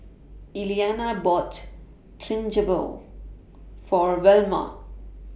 Iliana bought Chigenabe For Velma